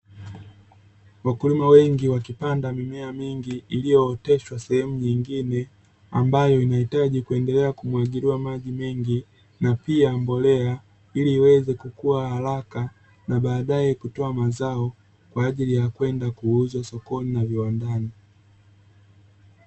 Wakulima wengi wakipanda mimea mingi iliyooteshwa sehemu nyingine, ambayo inahitaji kuendelea kumwagiliwa maji mengi na pia mbolea ili iweze kukuwa haraka na baadaye kutoa mazao kwa ajili ya kwenda kuuza sokoni na viwandani.